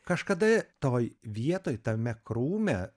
kažkada toj vietoj tame krūme